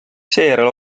seejärel